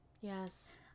yes